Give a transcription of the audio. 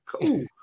Cool